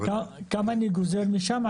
כמה אני גוזר משם?